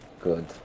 good